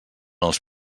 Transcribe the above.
els